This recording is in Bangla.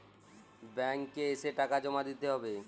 ব্যাঙ্ক এ এসে টাকা জমা দিতে হবে?